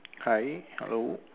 hi hello